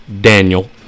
daniel